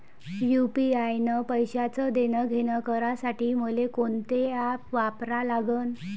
UPI न पैशाचं देणंघेणं करासाठी मले कोनते ॲप वापरा लागन?